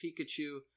Pikachu